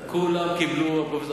כולם קיבלו.